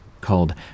called